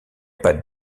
pas